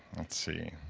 let's see,